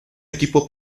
equipo